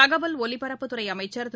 தகவல் ஒலிபரப்புத்துறை அமைச்சா் திரு